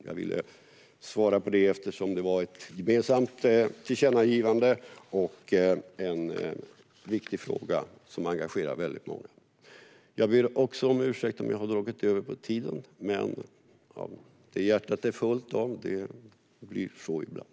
Jag ville svara på det eftersom det var ett gemensamt tillkännagivande och en viktig fråga som engagerar många. Jag ber om ursäkt om jag har dragit över tiden. Men när hjärtat är fullt av något blir det så ibland.